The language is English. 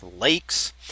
lakes